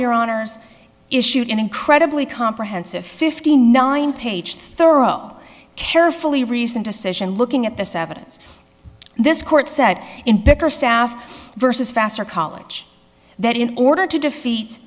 your honors issued an incredibly comprehensive fifty nine page thorough carefully reasoned decision looking at this evidence this court said in bickerstaff vs faster college that in order to defeat